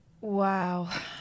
wow